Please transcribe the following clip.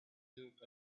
looked